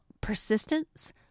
persistence